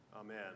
amen